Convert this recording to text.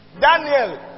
Daniel